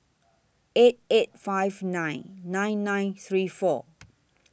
eight eight five nine nine nine three four